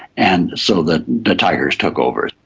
and so the the tigers took over.